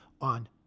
on